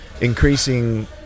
increasing